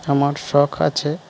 আমার শখ আছে